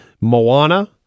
Moana